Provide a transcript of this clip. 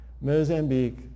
Mozambique